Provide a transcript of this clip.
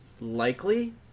likely